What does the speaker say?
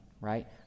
right